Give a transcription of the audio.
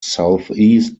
southeast